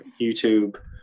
youtube